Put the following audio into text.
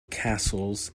castles